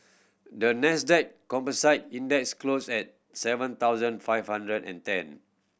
the Nasdaq Composite Index closed at seven thousand five hundred and ten